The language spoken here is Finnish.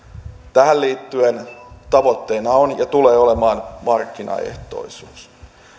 tähän liittyen tavoitteena on ja tulee olemaan markkinaehtoisuus